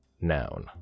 Noun